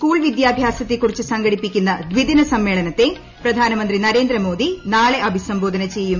school വിദ്യാഭ്യാസത്തെക്കുറിച്ച് സംഘടിപ്പിക്കുന്ന ദിദിന സമ്മേളനത്തെ പ്രധാനമന്ത്രി നരേന്ദ്ര മോദി നാളെ അഭിസംബോധന ചെയ്യും